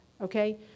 okay